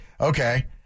okay